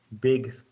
big